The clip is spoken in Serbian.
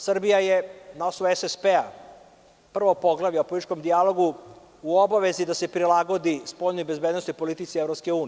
Srbija je, na osnovu SSP, prvo poglavlje o političkom dijalogu, u obavezi da se prilagodi spoljnoj bezbednosnoj politici EU.